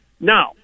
Now